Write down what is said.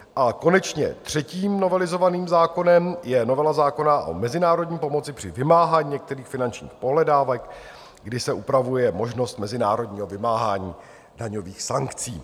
A konečně třetím novelizovaným zákonem je novela zákona o mezinárodní pomoci při vymáhání některých finančních pohledávek, kdy se upravuje možnost mezinárodního vymáhání daňových sankcí.